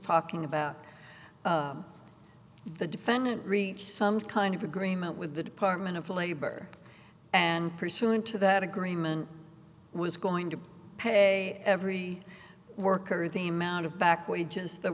talking about the defendant reach some kind of agreement with the department of labor and pursuant to that agreement was going to pay every worker the amount of back wages the